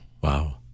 Wow